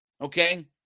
okay